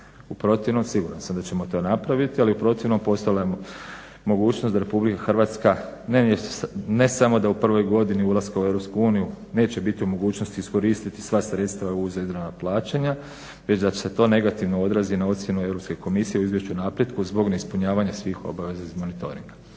U protivnom siguran sam da ćemo to napraviti ali u protivnom postojala je mogućnost da RH ne samo da u prvoj godini ulaska u EU neće biti u mogućnosti iskoristiti sva sredstva … plaćanja već da će se to negativno odrazi na ocjenu EU komisije u izvješću napretka zbog neispunjavanja svih obaveza iz monitoringa.